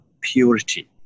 purity